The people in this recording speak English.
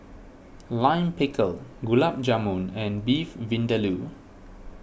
Lime Pickle Gulab Jamun and Beef Vindaloo